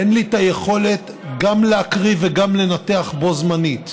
אין לי את היכולת גם להקריא וגם לנתח בו-זמנית.